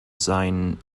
seinen